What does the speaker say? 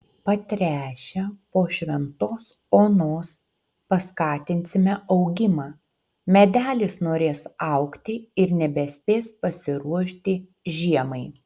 patręšę po šventos onos paskatinsime augimą medelis norės augti ir nebespės pasiruošti žiemai